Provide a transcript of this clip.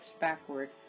backward